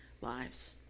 lives